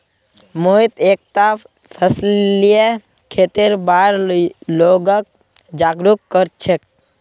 मोहित एकता फसलीय खेतीर बार लोगक जागरूक कर छेक